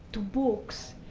to books,